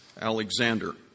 Alexander